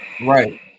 right